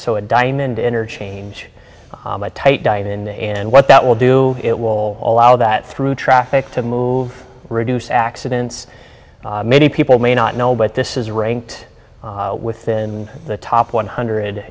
so a diamond interchange type diet and what that will do it will allow that through traffic to move reduce accidents many people may not know but this is ranked within the top one hundred